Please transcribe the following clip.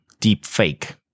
Deepfake